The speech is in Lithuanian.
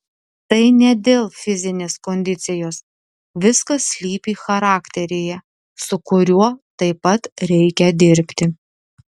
tai ne dėl fizinės kondicijos viskas slypi charakteryje su kuriuo taip pat reikia dirbti